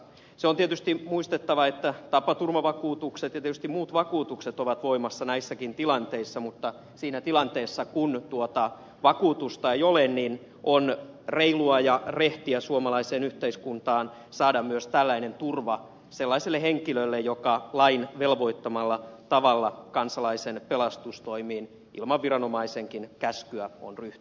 se on tietysti muistettava että tapaturmavakuutukset ja tietysti muut vakuutukset ovat voimassa näissäkin tilanteissa mutta siinä tilanteessa kun tuota vakuutusta ei ole niin on reilua ja rehtiä suomalaiseen yhteiskuntaan saada myös tällainen turva sellaiselle henkilölle joka lain velvoittamalla tavalla kansalaisen pelastustoimiin ilman viranomaisenkin käskyä on ryhtynyt